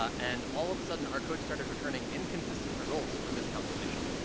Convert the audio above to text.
and all of a sudden our code started returning inconsistent results for this calculation.